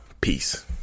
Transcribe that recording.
Peace